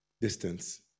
distance